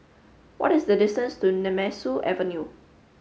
what is the distance to Nemesu Avenue